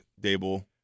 Dable